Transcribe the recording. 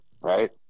right